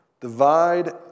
divide